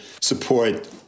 support